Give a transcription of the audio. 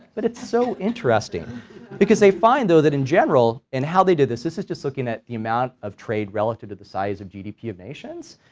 but it's so interesting because they find though that in general and how they did this, this is just looking at the amount of trade relative to the size of gdp of nations,